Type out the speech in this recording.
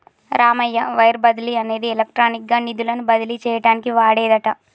Ramayya wire బదిలీ అనేది electronic గా నిధులను బదిలీ చేయటానికి వాడేదట